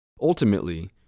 Ultimately